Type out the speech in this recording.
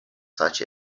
such